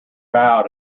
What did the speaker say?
bowed